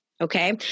Okay